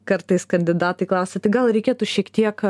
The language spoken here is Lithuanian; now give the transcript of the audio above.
kartais kandidatai klausia tai gal reikėtų šiek tiek